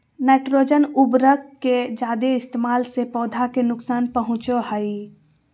nitrogen उर्वरक के जादे इस्तेमाल से पौधा के नुकसान पहुंचो हय